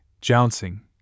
jouncing